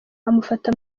amufata